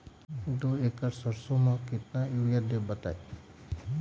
दो एकड़ सरसो म केतना यूरिया देब बताई?